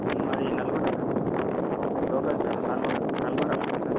మాది Nalgonda sir local sir Nalgonda Nalgonda local sir